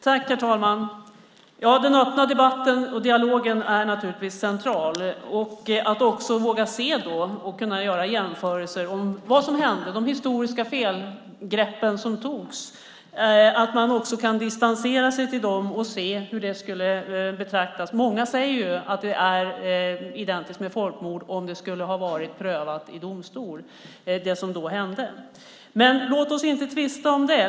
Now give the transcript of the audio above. Herr talman! Ja, den öppna debatten och dialogen är naturligtvis central, och att då också våga se vad som hände, kunna göra jämförelser, se de historiska felgrepp som togs, distansera sig till dem och se hur de skulle betraktas. Många säger ju att det skulle vara identiskt med folkmord om det som då hände prövades i domstol. Men låt oss inte tvista om det.